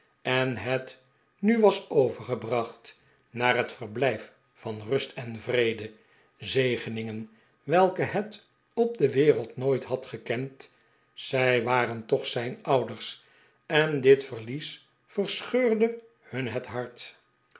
en het nu was overgebracht naar het verblijf van rust en vrede zegeningen welke het op de wereld nooit had gekend zij waren toch zijn ouders en dit verlies verscheurde hun het hart